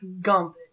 Gump